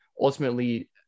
ultimately